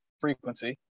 frequency